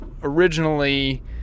originally